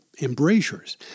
embrasures